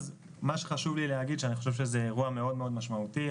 מה שחשוב לי לומר זה שאני חושב שזה אירוע מאוד מאוד משמעותי,